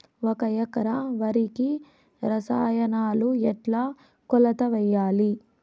ఒక ఎకరా వరికి రసాయనాలు ఎట్లా కొలత వేయాలి?